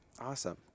Awesome